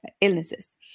illnesses